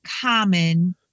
common